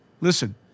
Listen